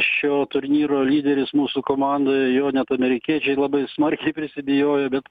šio turnyro lyderis mūsų komandoje jo net amerikiečiai labai smarkiai prisibijojo bet